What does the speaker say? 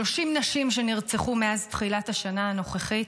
הנשים שנרצחו מאז תחילת השנה הנוכחית,